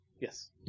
Yes